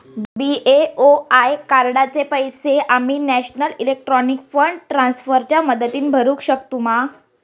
BOI कार्डाचे पैसे आम्ही नेशनल इलेक्ट्रॉनिक फंड ट्रान्स्फर च्या मदतीने भरुक शकतू मा?